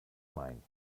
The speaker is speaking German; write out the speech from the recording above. mein